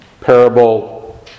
parable